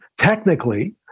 technically